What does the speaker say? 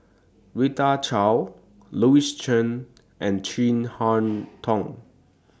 Rita Chao Louis Chen and Chin Harn Tong